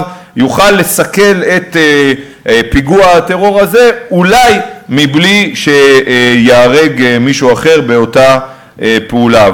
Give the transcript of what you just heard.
יוכל לסכל את פיגוע הטרור הזה אולי בלי שייהרג מישהו אחר באותה פעולה.